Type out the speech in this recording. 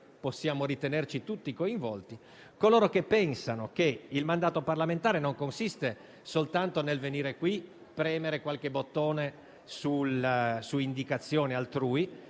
possiamo ritenerci tutti coinvolti - che il mandato parlamentare consista non soltanto nel venire qui a premere qualche bottone su indicazione altrui,